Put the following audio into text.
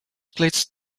splits